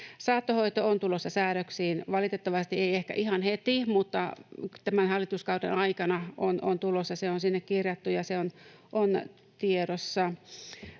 Saattohoito on tulossa säädöksiin. Valitettavasti ei ehkä ihan heti, mutta tämän hallituskauden aikana se on tulossa. Se on sinne kirjattu, ja se on tiedossa.